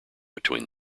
between